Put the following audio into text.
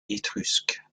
étrusques